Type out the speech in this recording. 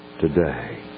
today